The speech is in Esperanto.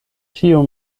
ĉiu